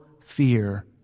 fear